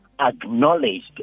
acknowledged